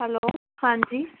hello ਹਾਂਜੀ